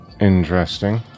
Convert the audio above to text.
Interesting